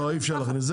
לא, אי אפשר להכניס.